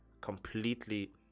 completely